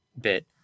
bit